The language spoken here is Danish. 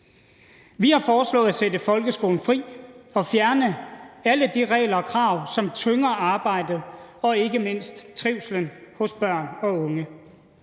Vi har foreslået at sætte folkeskolen fri og fjerne alle de regler og krav, som tynger arbejdet og ikke mindst trivslen hos børn og unge.